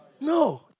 no